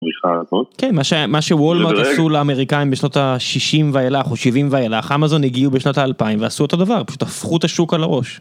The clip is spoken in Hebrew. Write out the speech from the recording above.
כן, מה שוולמרט עשו לאמריקאים בשנות השישים ואילך או שבעים ואילך, אמזון הגיעו בשנות האלפיים ועשו אותו דבר פשוט הפכו את השוק על הראש.